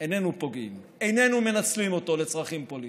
איננו פוגעים, איננו מנצלים אותו לצרכים פוליטיים.